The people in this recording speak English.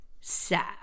sad